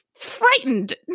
frightened